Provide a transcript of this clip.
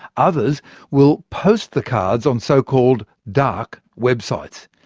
others will post the cards on so-called dark websites.